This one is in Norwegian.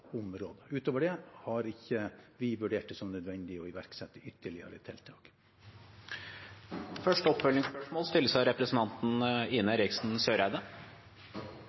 Utover det har vi ikke vurdert det som nødvendig å iverksette ytterligere tiltak. Det blir oppfølgingsspørsmål – først Ine Eriksen Søreide.